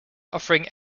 offering